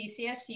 CCSU